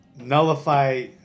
nullify